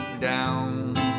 down